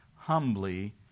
humbly